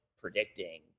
predicting